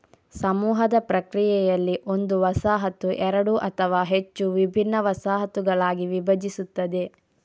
ಸಮೂಹದ ಪ್ರಕ್ರಿಯೆಯಲ್ಲಿ, ಒಂದು ವಸಾಹತು ಎರಡು ಅಥವಾ ಹೆಚ್ಚು ವಿಭಿನ್ನ ವಸಾಹತುಗಳಾಗಿ ವಿಭಜಿಸುತ್ತದೆ